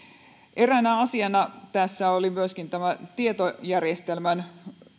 eräänä asiana tässä oli myöskin tietojärjestelmän